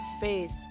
face